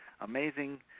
amazing